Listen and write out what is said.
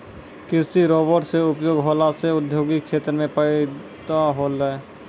कृषि रोवेट से उपयोग होला से औद्योगिक क्षेत्र मे फैदा होलै